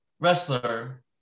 wrestler